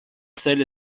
selle